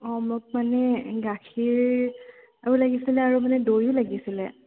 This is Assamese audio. অঁ মোক মানে গাখীৰো লাগিছিলে আৰু মানে দৈও লাগিছিলে